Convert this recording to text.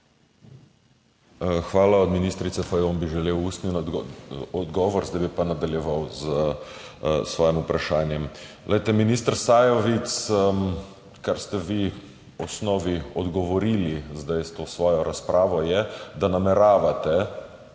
Hvala. Od ministrice Fajon bi želel ustni odgovor. Zdaj bi pa nadaljeval s svojim vprašanjem. Minister Sajovic, kar ste vi v osnovi odgovorili zdaj s to svojo razpravo, je, da nameravate